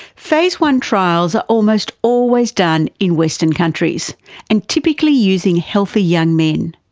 phase one trials are almost always done in western countries and typically using healthy young men.